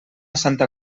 santa